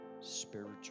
spiritual